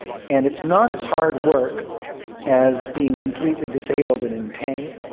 and it's not as hard work as being completely disabled and in pain.